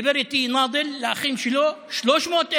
דיבר איתי נאדל, לאחים שלו 300,000,